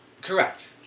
Correct